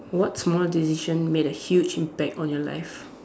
what small decision made a huge impact on your life